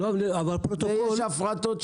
והיו הפרטות שהצליחו,